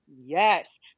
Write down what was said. Yes